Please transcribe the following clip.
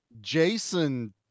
Jason